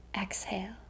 exhale